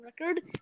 record